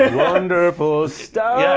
wonderful star yeah